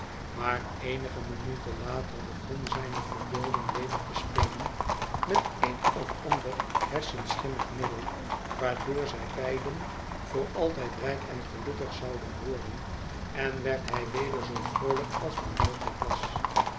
maar eenige minuten later begon zijne verbeelding weder te spelen met een of ander hersenschimmig middel waardoor zij beiden voor eene vervreemding r altijd rijk én gelukkig zouden worden en werd hij weder zoo vroolijk als maar mogelijk was